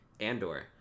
andor